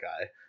guy